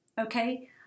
okay